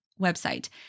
website